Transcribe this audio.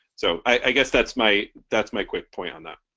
so i guess that's my that's my quick point on that.